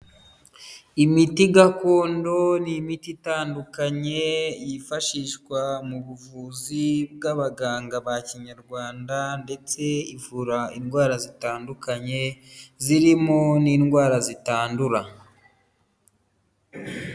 Imiti gakondo n'imiti itandukanye yifashishwa mu buvuzi bw'abaganga ba kinyarwanda, ndetse ivura indwara zitandukanye zirimo n'indwara zitandura..